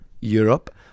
Europe